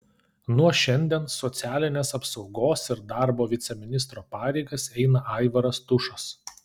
nuo šiandien socialinės apsaugos ir darbo viceministro pareigas eina aivaras tušas